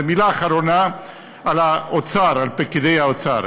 ומילה אחרונה על האוצר, על פקידי האוצר.